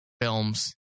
films